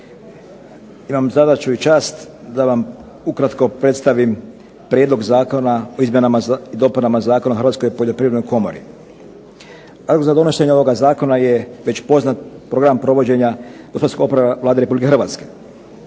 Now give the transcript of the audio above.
imam zadaću i čast da vam ukratko predstavim Prijedlog zakona o izmjenama i dopunama Zakona o Hrvatskoj poljoprivrednoj komori. Razlog za donošenje ovog zakona je već poznat Program provođenja gospodarskog oporavka Vlade Republike Hrvatske.